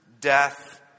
death